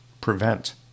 prevent